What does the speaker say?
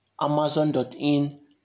Amazon.in